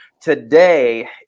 today